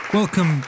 welcome